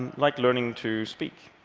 like learning to speak.